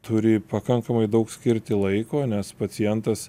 turi pakankamai daug skirti laiko nes pacientas